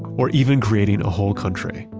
or even created a whole country,